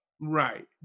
Right